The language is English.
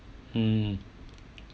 mm